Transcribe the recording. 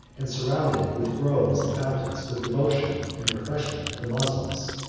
and surrounded with groves and fountains, for the devotion and refreshment of the moslems.